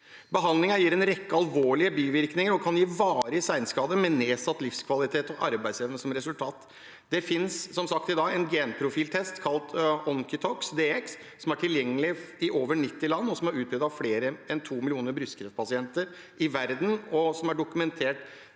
Behandlingen gir en rekke alvorlige bivirkninger og kan gi varige senskader, med nedsatt livskvalitet og arbeidsevne som resultat. Det finnes i dag, som sagt, en genprofiltest kalt Oncotype DX, som er tilgjengelig i over 90 land, som er utprøvd på mer enn to millioner brystkreftpasienter i verden, og som er dokumentert